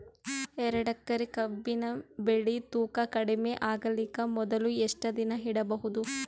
ಎರಡೇಕರಿ ಕಬ್ಬಿನ್ ಬೆಳಿ ತೂಕ ಕಡಿಮೆ ಆಗಲಿಕ ಮೊದಲು ಎಷ್ಟ ದಿನ ಇಡಬಹುದು?